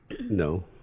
No